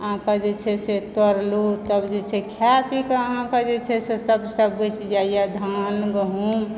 अहाँके जे छै से तोड़लहुँ तब जे छै से खाए पीके अहाँकेँ जे छै से सब बचि जाइए धान गहुँम